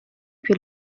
più